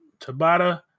Tabata